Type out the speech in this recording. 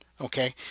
Okay